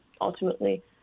ultimately